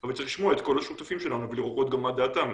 אבל צריך לשמוע את כל השותפים שלנו ולראות גם מה דעתם: